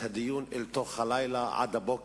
של הסכסוך הפלסטיני אלא הדברים שהוא אמר